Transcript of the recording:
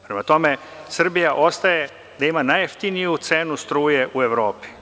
Prema tome, Srbija ostaje da ima najjeftiniju cenu struje u Evropi.